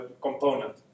component